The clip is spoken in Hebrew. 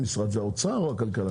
אתם שייכים לאוצר או לכלכלה.